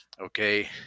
okay